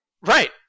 Right